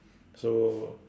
so